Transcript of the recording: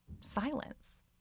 silence